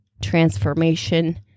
transformation